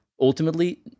ultimately